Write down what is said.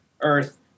Earth